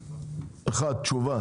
אני רוצה לקבל תשובה